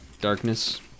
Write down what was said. darkness